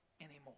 anymore